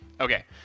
Okay